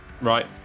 Right